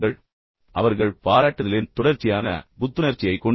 பின்னர் அவர்கள் பாராட்டுதலின் இந்த தொடர்ச்சியான புத்துணர்ச்சியைக் கொண்டுள்ளனர்